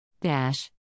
Dash